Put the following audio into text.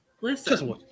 listen